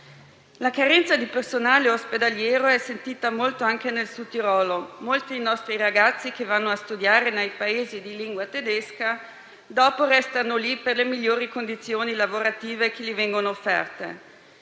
La carenza di personale ospedaliero è sentita molto anche nel Sud Tirolo; molti dei nostri ragazzi che vanno a studiare nei Paesi di lingua tedesca restano poi lì per le migliori condizioni lavorative che vengono loro offerte.